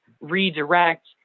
redirect